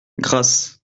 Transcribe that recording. grasse